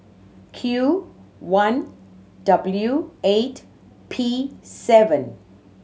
Q one W eight P seven